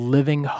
Living